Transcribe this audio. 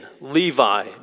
Levi